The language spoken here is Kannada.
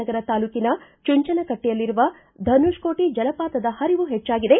ನಗರ ತಾಲೂಕಿನ ಚುಂಚನಕಟ್ಟೆಯಲ್ಲಿರುವ ಧನುಷ್ಕೋಟಿ ಜಲಪಾತದ ಹರಿವು ಹೆಚ್ಚಾಗಿದೆ